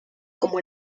como